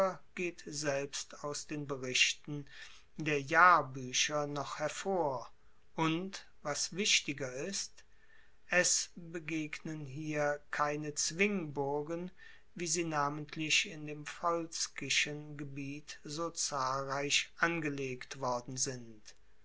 geht selbst aus den berichten der jahrbuecher noch hervor und was wichtiger ist es begegnen hier keine zwingburgen wie sie namentlich in dem volskischen gebiet so zahlreich angelegt worden sind